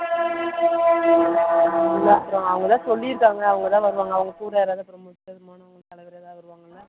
இல்லை தோ அவங்க தான் சொல்லிருக்காங்க அவங்க தான் வருவாங்க அவங்க கூட யாராவது அப்புறம் முக்கியமானவங்க தலைவர் ஏதாவது வருவாங்கள்ல